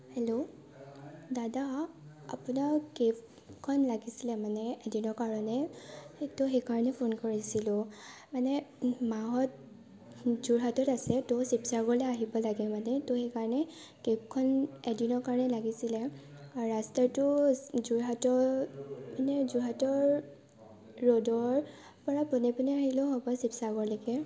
hello দাদা আপোনাক কেবখন লাগিছিলে মানে এদিনৰ কাৰণে সেইটো সেইকাৰণে ফোন কৰিছিলোঁ মানে মাহঁত যোৰহাটত আছে তহ শিৱসাগৰলৈ আহিব লাগে মানে তহ সেইকাৰণে কেবখন এদিনৰ কাৰণে লাগিছিলে ৰাস্তাটো যোৰহাটৰ এনেই যোৰহাটৰ ৰোডৰপৰা পোনে পোনে আহিলেও হ'ব শিৱসাগৰলৈ